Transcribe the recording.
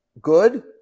good